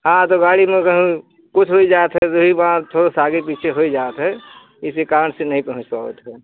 हाँ तऊ गाड़ी में कहू कुछ हुई जात हय उही मार थोड़ा सा आगे पीछे हुई जात हैय इसी कारण से नहीं पहुँच पावत है